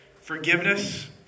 Forgiveness